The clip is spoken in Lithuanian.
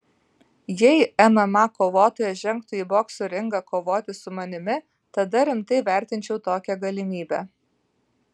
jei mma kovotojas žengtų į bokso ringą kovoti su manimi tada rimtai vertinčiau tokią galimybę